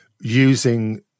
using